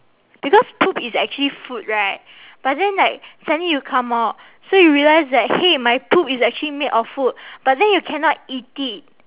because poop is actually food right but then like suddenly you come out so you realise that !hey! my poop is actually made of food but then you cannot eat it